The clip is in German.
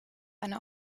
eine